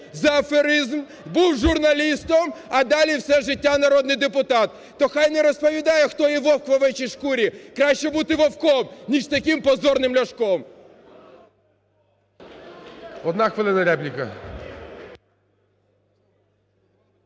за аферизм, був журналістом, а далі все життя народний депутат. То хай не розповідає, хто є "вовк в овечій шкурі". Краще бути вовком, ніж таким позорним Ляшком. ГОЛОВУЮЧИЙ. Одна хвилина, репліка.